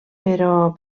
però